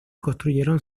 construyeron